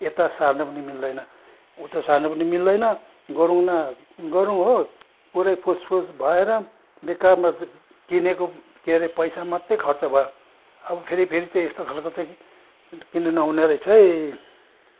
यता सार्न पनि मिल्दैन उता सार्न पनि मिल्दैन गह्रौँ न गह्रौँ हो पुरै फुस फुस भएर बेकारमा किनेको के अरे पैसा मात्रै खर्च भयो अब फेरि फेरि चाहिँ यस्तो खालको चाहिँ किन्नु नहुने रहेछ है